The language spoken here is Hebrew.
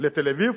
לתל-אביב